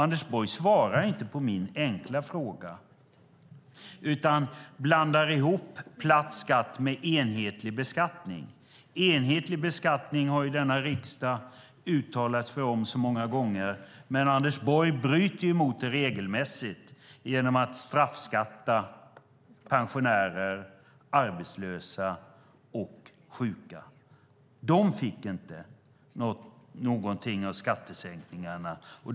Anders Borg svarar inte på min enkla fråga utan blandar ihop platt skatt med enhetlig beskattning. Enhetlig beskattning har denna riksdag uttalat sig om många gånger. Men Anders Borg bryter mot det regelmässigt genom att straffbeskatta pensionärer, arbetslösa och sjuka. De fick inte någonting av skattesänkningarna.